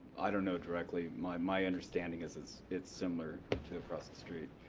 i don't know directly. my my understanding is it's it's similar to across the street.